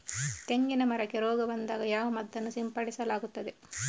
ತೆಂಗಿನ ಮರಕ್ಕೆ ರೋಗ ಬಂದಾಗ ಯಾವ ಮದ್ದನ್ನು ಸಿಂಪಡಿಸಲಾಗುತ್ತದೆ?